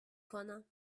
کنم